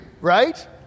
right